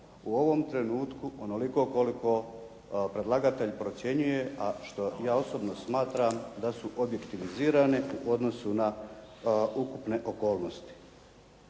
u ovom trenutku onoliko koliko predlagatelj procjenjuje, a što ja osobno smatram da su objektivizirane u odnosu na ukupne okolnosti.